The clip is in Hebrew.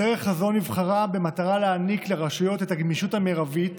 הדרך הזו נבחרה במטרה להעניק לרשויות את הגמישות המרבית,